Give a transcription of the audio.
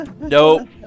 Nope